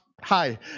hi